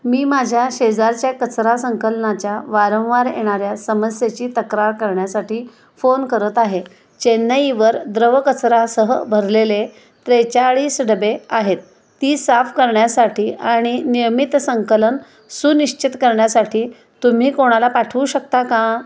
मी माझ्या शेजारच्या कचरा संकलनाच्या वारंवार येणाऱ्या समस्येची तक्रार करण्यासाठी फोन करत आहे चेन्नईवर द्रव कचरासह भरलेले त्रेचाळीस डबे आहेत ती साफ करण्यासाठी आणि नियमित संकलन सुनिश्चित करण्यासाठी तुम्ही कोणाला पाठवू शकता का